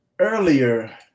Earlier